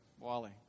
Wally